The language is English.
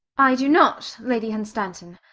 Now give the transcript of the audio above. i do not, lady hunstanton.